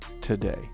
today